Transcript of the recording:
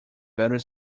better